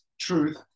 truth